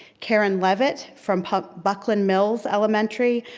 karen levitt, from buckland mills elementary,